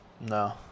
no